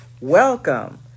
Welcome